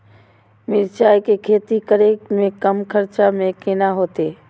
मिरचाय के खेती करे में कम खर्चा में केना होते?